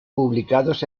publicados